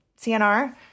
cnr